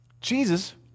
Jesus